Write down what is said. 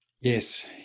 Yes